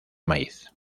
maíz